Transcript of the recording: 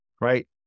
right